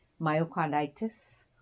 myocarditis